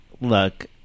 Look